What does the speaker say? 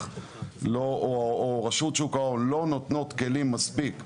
או רשות שוק ההון לא נותנות מספיק כלים,